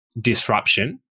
disruption